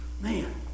Man